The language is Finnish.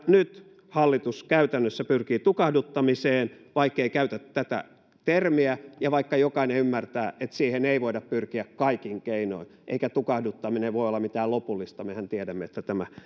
nyt hallitus käytännössä pyrkii tukahduttamiseen vaikkei käytä tätä termiä ja vaikka jokainen ymmärtää että siihen ei voida pyrkiä kaikin keinoin eikä tukahduttaminen voi olla mitään lopullista mehän tiedämme että tämä